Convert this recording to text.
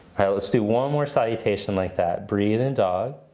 let's do one more salutation like that. breath in dog.